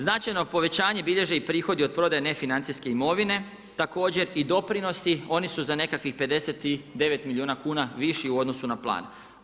Značajno povećanje bilježi i prihodi od prodaje nefinancijske imovine, također i doprinosi, oni su za nekakvih 59 milijuna kuna viši u odnosu na plan.